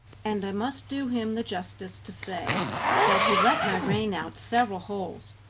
and i must do him the justice to say that he let my rein out several holes,